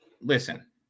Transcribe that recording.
listen